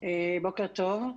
בוקר טוב.